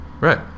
Right